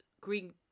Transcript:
green